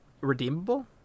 redeemable